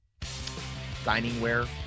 Diningware